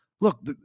look